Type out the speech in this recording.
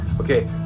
Okay